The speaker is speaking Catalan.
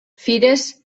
fires